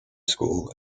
school